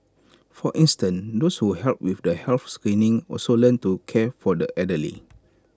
for instance those who helped with the health screenings also learnt to care for the elderly